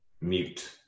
Mute